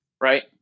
right